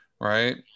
right